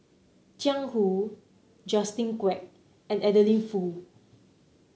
Jiang Hu Justin Quek and Adeline Foo